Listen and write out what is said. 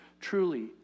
truly